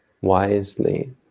wisely